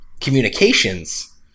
communications